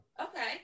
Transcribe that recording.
Okay